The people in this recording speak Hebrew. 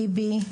ליבי,